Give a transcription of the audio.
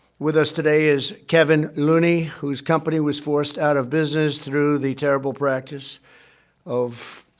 with us today is kevin lunny, whose company was forced out of business through the terrible practice of